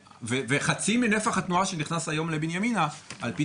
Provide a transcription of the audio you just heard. חצי מנפח התנועה שנכנס היום לבנימינה על פי